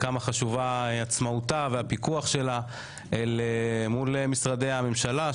על כמה חשובה עצמאותה והפיקוח שלה אל מול משרדי הממשלה.